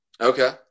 Okay